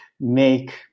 make